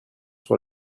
sur